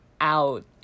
out